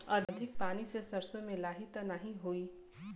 अधिक पानी से सरसो मे लाही त नाही होई?